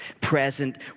present